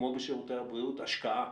כמו בשירותי הבריאות, השקעה.